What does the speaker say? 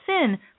sin